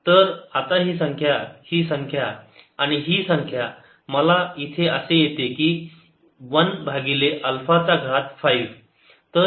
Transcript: तर आता ही संख्या ही संख्या आणि ही संख्या इथे मला असे येते की एक भागिले अल्फा चा घात 5